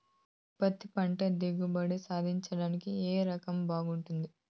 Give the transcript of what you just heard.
పత్తి పంట దిగుబడి సాధించడానికి ఏ రకం బాగుంటుంది?